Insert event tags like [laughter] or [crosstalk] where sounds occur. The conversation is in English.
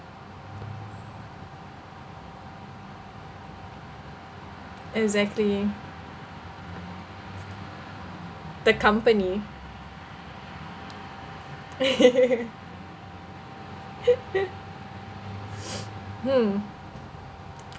exactly the company [laughs] hmm